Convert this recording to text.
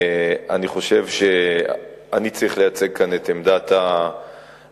אני חושב שאני צריך לייצג כאן את עמדת הממשלה,